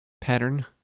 pattern